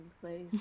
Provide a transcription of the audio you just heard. place